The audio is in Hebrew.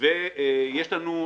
יש לנו,